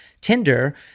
Tinder